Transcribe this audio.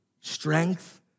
strength